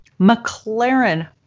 McLaren